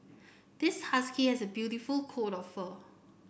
this husky has a beautiful coat of fur